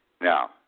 Now